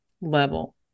level